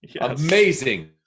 Amazing